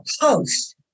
post